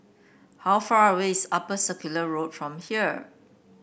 how far away is Upper Circular Road from here